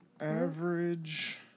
Average